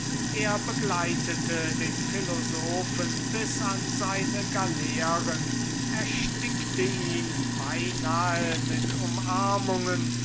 er begleitete den philosophen bis an seine galeeren erstickte ihn fast mit umarmungen